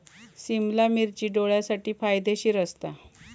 सिमला मिर्ची डोळ्यांसाठी फायदेशीर असता